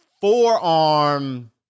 forearm